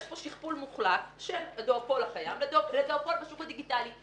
יש כאן שכפול מוחלט של הדואופול הקיים ודואופול דיגיטלי.